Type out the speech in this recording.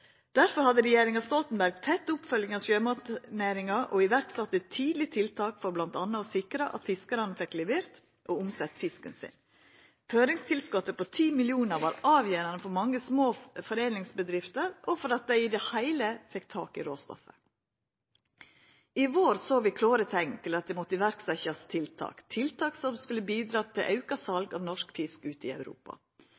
hadde regjeringa Stoltenberg tett oppfølging av sjømatnæringa og sette tidleg i verk tiltak for bl.a. å sikra at fiskarane fekk levert og omsett fisken sin. Føringstilskotet på 10 mill. kr var avgjerande for mange små foredlingsbedrifter og for at dei i det heile teke fekk tak i råstoff. I vår såg vi klåre teikn til at det måtte setjast i verk tiltak som skulle bidra til auka